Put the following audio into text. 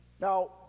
now